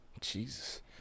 Jesus